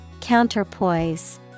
Counterpoise